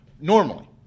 normally